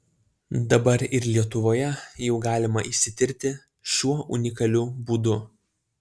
dabar ir lietuvoje jau galima išsitirti šiuo unikaliu būdu